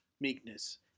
meekness